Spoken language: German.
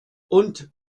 und